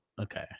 okay